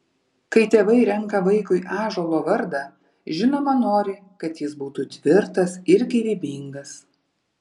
kai tėvai renka vaikui ąžuolo vardą žinoma nori kad jis būtų tvirtas ir gyvybingas